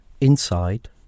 inside